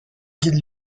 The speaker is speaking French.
guides